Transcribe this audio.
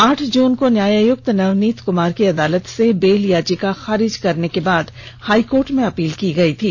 आठ जून को न्यायायुक्त नवनीत कमार की अदालत से बेल याचिका खारिज करने के बाद हाईकोर्ट में अपील की गई थी